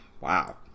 wow